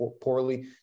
poorly